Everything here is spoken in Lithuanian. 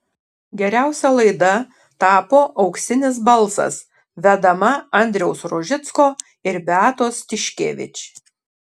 geriausia laida tapo auksinis balsas vedama andriaus rožicko ir beatos tiškevič